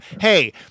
hey